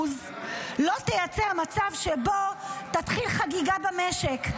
לא תייצר מצב שבו תתחיל חגיגה במשק,